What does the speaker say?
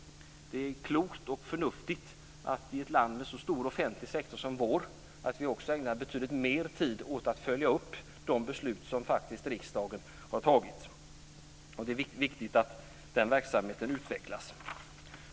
Det är klokt och förnuftigt att vi i ett land med en så stor offentlig sektor som vår ägnar betydligt mer tid åt att följa upp de beslut som riksdagen har tagit. Det är viktigt att den verksamheten utvecklas.